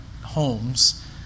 homes